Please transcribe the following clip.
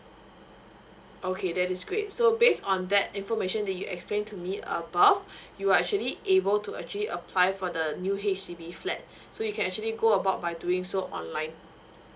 okay that is great so based on that information that you explain to me uh above you are actually able to actually apply for the new H_D_B flat so you can actually go about by doing so online